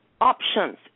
options